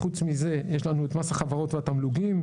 חוץ מזה יש לנו את מס החברות והתמלוגים.